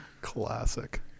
Classic